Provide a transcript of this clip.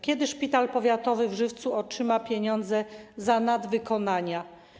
Kiedy Szpital Powiatowy w Żywcu otrzyma pieniądze za nadwykonania?